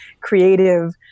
creative